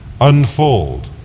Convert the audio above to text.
unfold